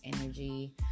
energy